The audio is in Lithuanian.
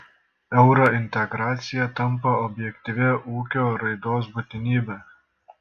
eurointegracija tampa objektyvia ūkio raidos būtinybe